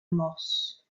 moss